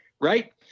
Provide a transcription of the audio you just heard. right